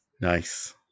Nice